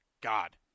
God